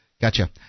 Gotcha